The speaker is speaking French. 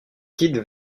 quitte